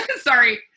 Sorry